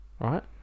Right